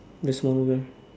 the small girl